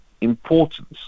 importance